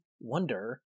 wonder